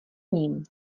ním